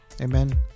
amen